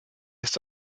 ist